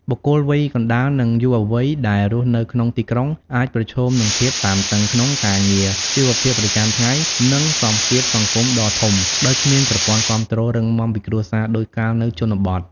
បុគ្គលវ័យកណ្ដាល និងយុវវ័យដែលរស់នៅក្នុងទីក្រុងអាចប្រឈមនឹងភាពតានតឹងក្នុងការងារ ជីវភាពប្រចាំថ្ងៃ និងសម្ពាធសង្គមដ៏ធំ ដោយគ្មានប្រព័ន្ធគាំទ្ររឹងមាំពីគ្រួសារដូចកាលនៅជនបទ។